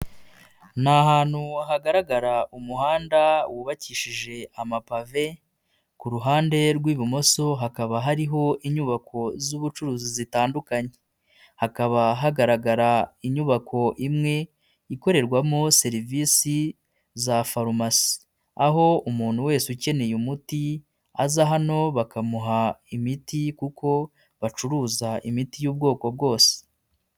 Ni ahantu hagaragara umuhanda wubakishije amapave, ku ruhande rw'ibumoso hakaba hariho inyubako z'ubucuruzi zitandukanye. Hakaba hagaragara inyubako imwe ikorerwamo serivisi za farumasi. Aho umuntu wese ukeneye umuti aza hano bakamuha imiti kuko bacuruza imiti y'ubwoko bwose.